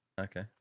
Okay